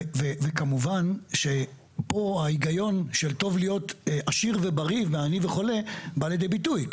וכמובן שפה ההיגיון של טוב להיות עשיר ובריא מעני וחולה בא לידי ביטוי.